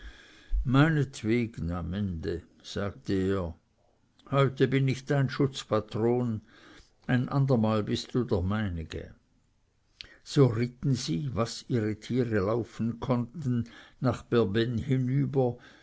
meinetwegen am ende sagte er heute bin ich dein schutzpatron ein andermal bist du der meinige so ritten sie was ihre tiere laufen konnten nach berbenn hinüber